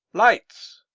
lights!